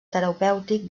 terapèutic